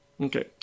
Okay